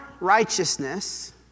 righteousness